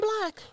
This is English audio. black